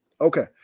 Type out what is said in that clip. Okay